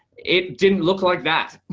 it didn't look like that.